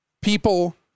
people